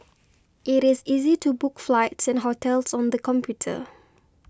it is easy to book flights and hotels on the computer